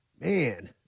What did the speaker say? Man